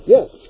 Yes